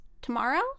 tomorrow